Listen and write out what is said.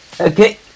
Okay